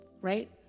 right